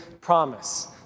promise